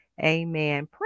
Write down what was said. amen